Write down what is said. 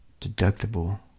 deductible